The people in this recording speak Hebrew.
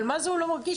אבל מה זה הוא לא מרגיש?